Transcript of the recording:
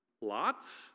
Lots